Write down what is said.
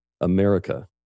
America